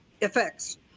effects